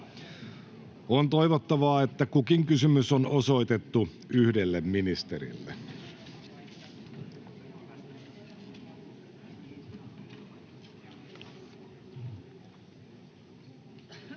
On toivottavaa, että kukin kysymys on osoitettu yhdelle ministerille.